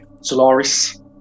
Solaris